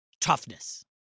toughness